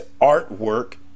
artwork